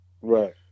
Right